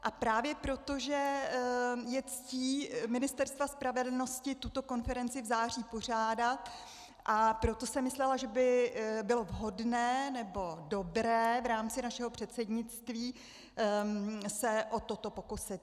A právě proto, že je ctí Ministerstva spravedlnosti tuto konferenci v září pořádat, proto jsem myslela, že by bylo vhodné nebo dobré v rámci našeho předsednictví se o toto pokusit.